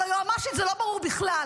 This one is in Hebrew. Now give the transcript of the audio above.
אבל ליועמ"שית זה לא ברור בכלל,